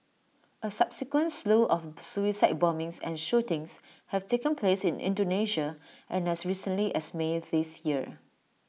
A subsequent slew of suicide bombings and shootings have taken place in Indonesia and as recently as may this year